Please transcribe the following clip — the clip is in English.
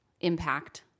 impact